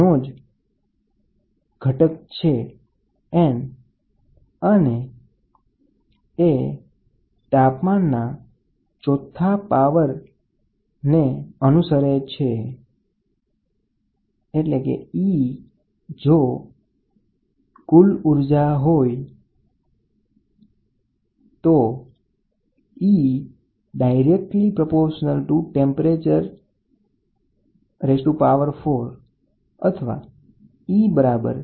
Tp એ Ts કરતા સરખામણી નાનું છે અને આપને તેને રદ્દ કરી શકીએ છીએ જો e એ આપેલ તાપમાને પદાર્થ ની એમિસિવિટી હોય તો e ઉપર દર્શાવેલ સમીકરણ મુજબ મળી રહેશે